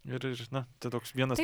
ir ir na tai toks vienas